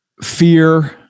fear